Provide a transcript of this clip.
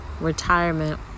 retirement